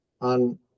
on